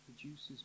produces